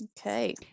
Okay